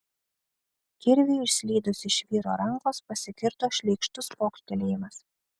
kirviui išslydus iš vyro rankos pasigirdo šleikštus pokštelėjimas